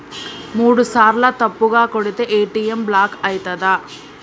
మూడుసార్ల తప్పుగా కొడితే ఏ.టి.ఎమ్ బ్లాక్ ఐతదా?